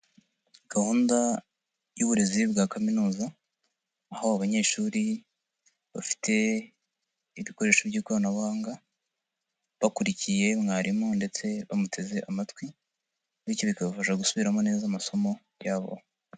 Gahunda y'uburezi bwa kaminuza, aho abanyeshuri bafite ibikoresho by'ikoranabuhanga, bakurikiye mwarimu ndetse bamuteze amatwi, bityo bikabafasha gusubiramo neza amasomo yabo.